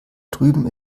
drüben